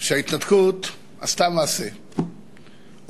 שההתנתקות עשתה מעשה,